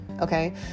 okay